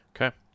Okay